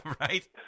Right